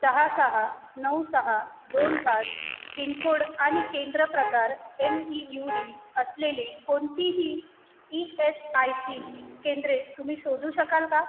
सहा सहा नऊ सहा दोन पाच पिनकोड आणि केंद्र प्रकार एम ई यू डी असलेली कोणतीही ई एस आय सी केंद्रे तुम्ही शोधू शकाल का